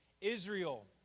Israel